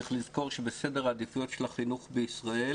צריך לזכור שבסדר העדיפויות של החינוך בישראל